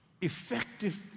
effective